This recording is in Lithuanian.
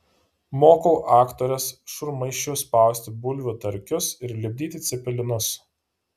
mokau aktores sūrmaišiu spausti bulvių tarkius ir lipdyti cepelinus